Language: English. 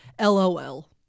LOL